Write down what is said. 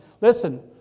Listen